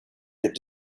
get